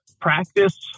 practice